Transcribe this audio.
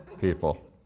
people